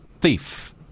thief